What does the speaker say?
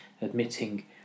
admitting